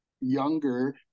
younger